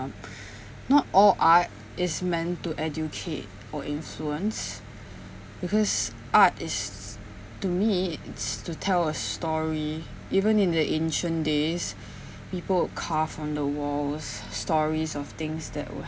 not all art is meant to educate or influence because art is to me it's to tell a story even in the ancient days people carve on the walls stories of things that will